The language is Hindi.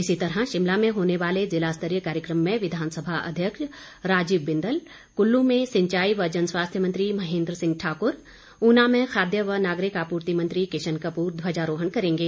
इसी तरह शिमला में होने वाले जिलास्तरीय कार्यक्रम में विधानसभा अध्यक्ष राजीव बिंदल कुल्लू में सिंचाई व जनस्वास्थ्य मंत्री महेंद्र सिंह ठाकुर ऊना में खाद्य व नागरिक आपूर्ति मंत्री किशन कपूर ध्वजारोहण करेंगें